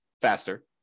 faster